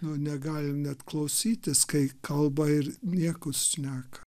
nu negalim net klausytis kai kalba ir niekus šneka